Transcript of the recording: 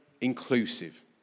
inclusive